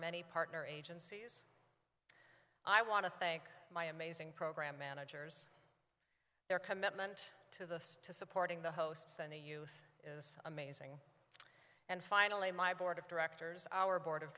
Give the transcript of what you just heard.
many partner agencies i want to thank my amazing program managers their commitment to the to supporting the host send a youth is amazing and finally my board of directors our board of